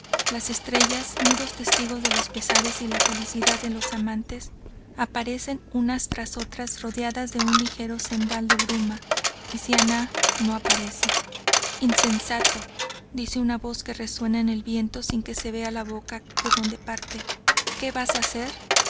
las estrellas mudos testigos de los pesares y la felicidad de los amantes aparecen unas tras otras rodeadas de un ligero cendal de bruma y siannah no aparece insensato dice una voz que resuena en el viento sin que se vea la boca de donde parte que vas a hacer